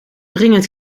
dringend